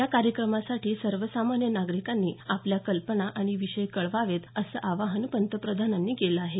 या कार्यक्रमासाठी सर्वसामान्य नागरिकांनी आपल्या कल्पना आणि विषय कळवावेत असं आवाहन पंतप्रधानांनी केलं आहे